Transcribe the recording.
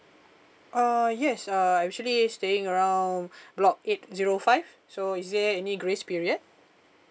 uh yes uh I'm actually staying around block eight zero five so is there any grace period